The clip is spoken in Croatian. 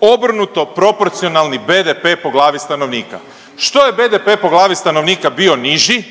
Obrnuto proporcionalni BDP po glavi stanovnika. Što je BDP po glavi stanovnika bio niži